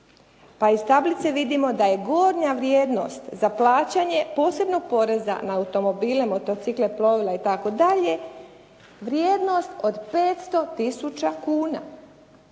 pa iz tablice vidimo da je gornja vrijednost za plaćanje posebnog poreza na automobile, motocikle, plovila itd. vrijednost od 500 tisuća